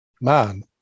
man